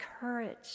courage